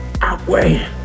outweigh